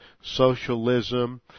socialism